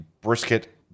brisket